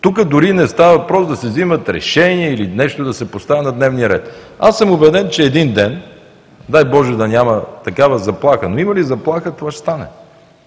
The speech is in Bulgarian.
тук дори не става въпрос да се взимат решения или нещо да се поставя на дневен ред. Аз съм убеден, че един ден, дай Боже да няма такава заплаха, но има ли заплаха това ще стане,